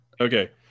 Okay